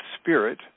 spirit